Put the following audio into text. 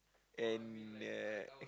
and that